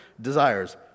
desires